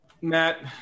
Matt